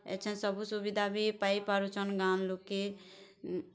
ଏଛେଁ ସବୁ ସୁବିଧା ବି ପାଇ ପାରୁଛନ୍ ଗାଁର୍ ଲୁକେ